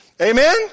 Amen